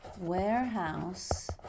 warehouse